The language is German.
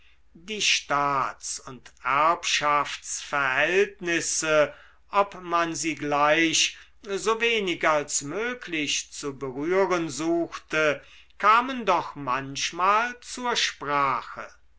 die staats und erbschaftsverhältnisse ob man sie gleich so wenig als möglich zu berühren suchte kamen doch manchmal zur sprache